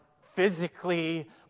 physically